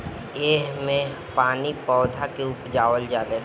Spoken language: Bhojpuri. एह मे पानी से पौधा के उपजावल जाले